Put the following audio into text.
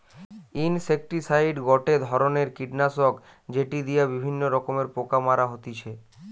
insecticide গটে ধরণের কীটনাশক যেটি দিয়া বিভিন্ন রকমের পোকা মারা হতিছে